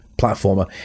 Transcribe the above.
platformer